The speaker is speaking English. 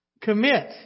commit